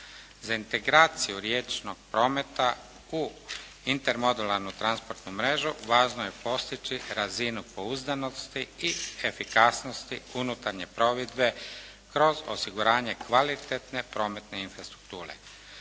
Za integraciju riječnog prometa u intermodularnu transportnu mrežu važno je postići razinu pouzdanosti i efikasnosti unutarnje plovidbe kroz osiguranje kvalitetne prometne infrastrukture.